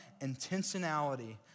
intentionality